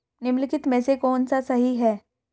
निम्नलिखित में से कौन सा सही है?